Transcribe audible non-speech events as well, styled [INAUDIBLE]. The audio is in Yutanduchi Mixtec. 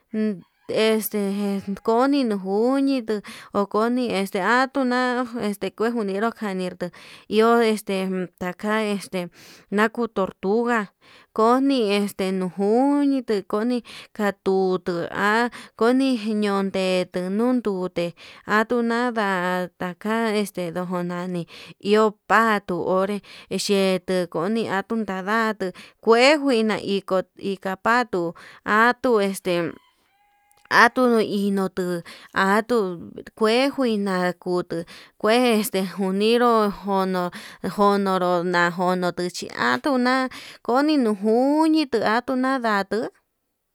Este [HESITATION] koni nuu njuñi nduu okoni este atuna, este kuejuneru karnitu iho este taka [HESITATION] este, kanuu tortuga koni este no njunitu koni katutu ha koni yeñondeto nundute atuna nda'a taka este dojo nani, iho pato onré eyekoni atundadatu kuenjuina hiko ikapatu atuu este atu no ino'o, tuu atu kue njuina kutu kue ste njuninró jono jononrona jono nduxhi atuu na'a ajoni nujuu ñituu atuñaratu.